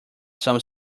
some